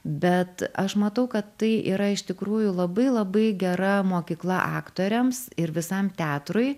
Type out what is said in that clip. bet aš matau kad tai yra iš tikrųjų labai labai gera mokykla aktoriams ir visam teatrui